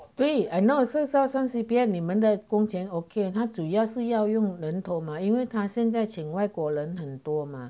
对 I know 是照算 C_P_F 你们的工钱 okay 他主要是要用人头吗因为它现在请外国人很多吗